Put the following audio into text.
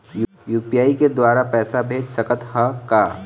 UPI के द्वारा पैसा भेज सकत ह का?